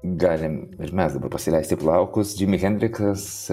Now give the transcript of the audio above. galim ir mes dabar pasileisti plaukus džimi hendriksas